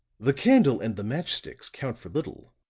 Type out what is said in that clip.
the candle and the match-sticks count for little,